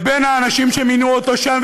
לבין האנשים שמינו אותו שם,